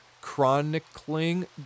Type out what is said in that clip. chronicling